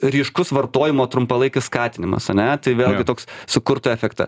ryškus vartojimo trumpalaikis skatinimas ane tai vėlgi toks sukurt efektą